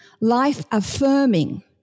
life-affirming